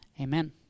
Amen